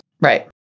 right